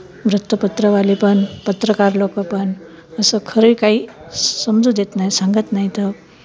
वृत्तपत्रवाले पण पत्रकार लोकं पण असं खरं काही समजू देत नाही सांगत नाही आहेत